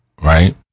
right